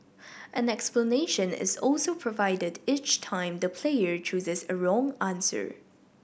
an explanation is also provided each time the player chooses a wrong answer